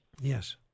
Yes